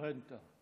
רנטה.